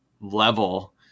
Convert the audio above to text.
level